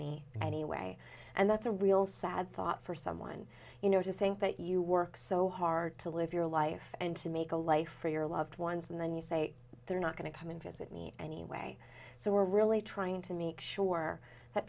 me anyway and that's a real sad thought for someone you know to think that you work so hard to live your life and to make a life for your loved ones and then you say they're not going to come and visit me anyway so we're really trying to make sure that